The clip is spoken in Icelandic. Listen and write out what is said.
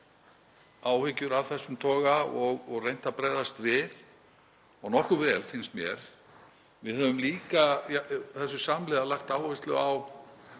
áhyggjur af þessum toga og reynt að bregðast við og nokkuð vel, finnst mér. Við höfum líka samhliða lagt áherslu á